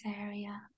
area